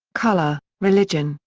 color, religion,